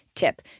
tip